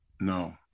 no